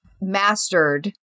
mastered